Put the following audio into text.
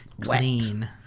clean